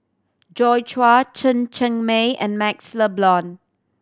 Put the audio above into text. Joi Chua Chen Cheng Mei and MaxLe Blond